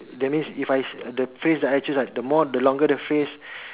that means if I the phrase I choose right the more the longer the phrase